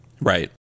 Right